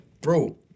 bro